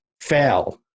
fail